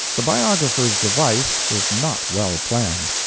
the biographer's device was not well planned.